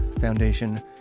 Foundation